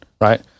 right